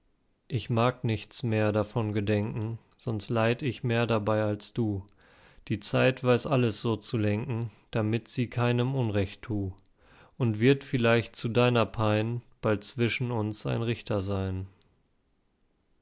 ich mag nichts mehr davon gedenken sonst leid ich mehr dabei als du die zeit weiß alles so zu lenken damit sie keinem unrecht tu und wird vielleicht zu deiner pein bald zwischen uns ein richter sein